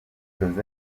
jose